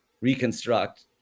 reconstruct